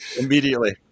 Immediately